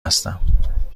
هستم